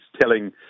telling